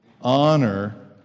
honor